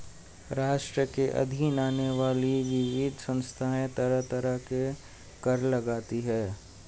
राष्ट्र के अधीन आने वाली विविध संस्थाएँ तरह तरह के कर लगातीं हैं